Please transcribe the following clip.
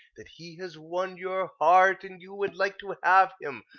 that he has won your heart, and you would like to have him,